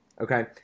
Okay